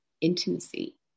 intimacy